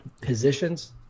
positions